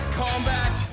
combat